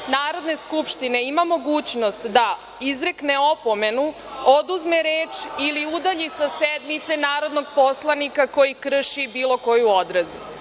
Narodne skupštine ima mogućnost da izrekne opomenu, oduzme reč ili udalji sa sednice narodnog poslanika koji krši bilo koju odredbu. Ja